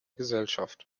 gesellschaft